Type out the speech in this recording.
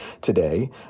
today